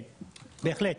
בהחלט.